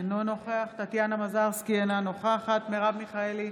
אינו נוכח טטיאנה מזרסקי, אינה נוכחת מרב מיכאלי,